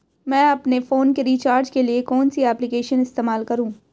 मैं अपने फोन के रिचार्ज के लिए कौन सी एप्लिकेशन इस्तेमाल करूँ?